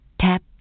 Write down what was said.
Tap